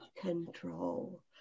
control